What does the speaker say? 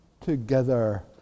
together